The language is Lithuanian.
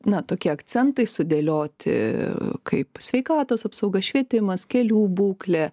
na tokie akcentai sudėlioti kaip sveikatos apsauga švietimas kelių būklė